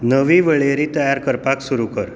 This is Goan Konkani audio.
नवी वळेरी तयार करपाक सुरू कर